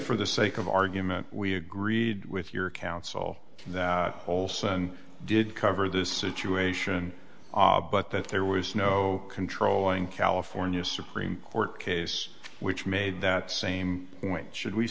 for the sake of argument we agreed with your counsel that olson did cover this situation but that there was no controlling california supreme court case which made that same point should we